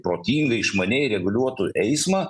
protingai išmaniai reguliuotų eismą